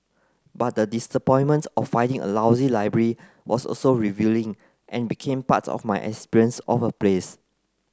but the disappointment of finding a lousy library was also revealing and became part of my experience of a place